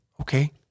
okay